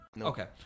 Okay